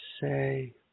say